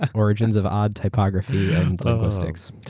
origins of odd typography and linguistics.